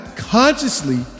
consciously